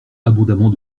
abondamment